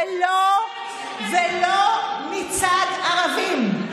ולא מצד ערבים.